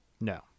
No